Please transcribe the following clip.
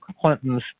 Clinton's